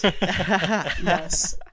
yes